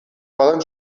poden